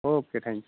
okay thank you